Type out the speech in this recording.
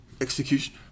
execution